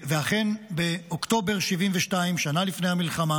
ואכן, באוקטובר 1972, שנה לפני המלחמה